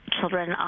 children